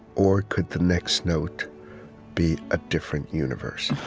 or could the next note be a different universe?